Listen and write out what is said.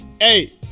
Hey